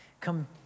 Come